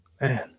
Man